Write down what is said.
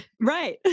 Right